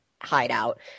hideout